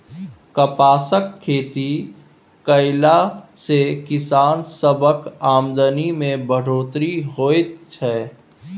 कपासक खेती कएला से किसान सबक आमदनी में बढ़ोत्तरी होएत छै